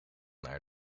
naar